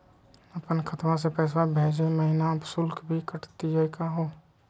अपन खतवा से पैसवा भेजै महिना शुल्क भी कटतही का हो?